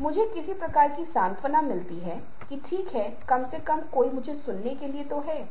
अंदर हथेली की तरह एक सुरक्षात्मक इशारा और यहां तक कि अगर आप अपनी हथेली को देख रहे हैं तो आप पाते हैं